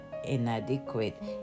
inadequate